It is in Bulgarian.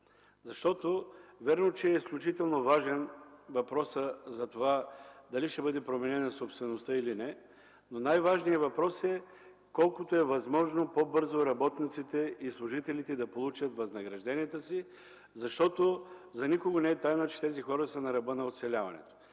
заплата. Вярно, че е изключително важен въпросът за това дали ще бъде променена собствеността, или не, но най-важният въпрос е колкото е възможно по-бързо работниците и служителите да получат възнагражденията си, защото за никого не е тайна, че тези хора са на ръба на оцеляването.